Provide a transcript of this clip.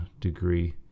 degree